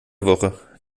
woche